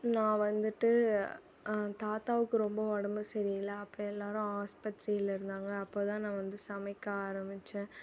நான் வந்துட்டு தாத்தாவுக்கு ரொம்ப உடம்பு சரியில்ல அப்போ எல்லோரும் ஆஸ்பத்திரியில் இருந்தாங்க அப்போ தான் நான் வந்து சமைக்க ஆரம்பித்தேன்